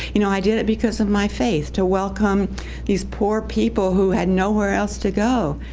you know, i did it because of my faith, to welcome these poor people who had nowhere else to go,